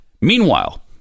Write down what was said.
Meanwhile